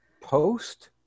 post